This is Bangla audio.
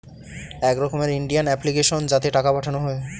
এক রকমের ইন্ডিয়ান অ্যাপ্লিকেশন যাতে টাকা পাঠানো হয়